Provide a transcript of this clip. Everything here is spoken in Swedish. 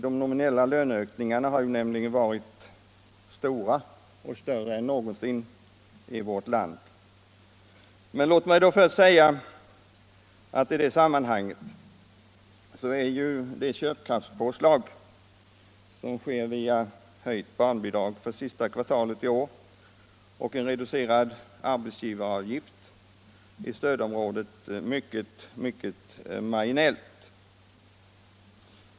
De nominella löneökningarna har nämligen varit stora, större än någonsin hittills i vårt land. Låt mig då först säga att i det sammanhanget är det köpkraftspåslag som sker via höjt barnbidrag för sista kvartalet i år och en reducerad arbetsgivaravgift i inre stödområdet något mycket marginellt.